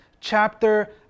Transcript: chapter